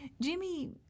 Jimmy